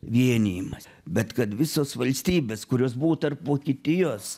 vienijimas bet kad visos valstybės kurios buvo tarp vokietijos